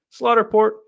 Slaughterport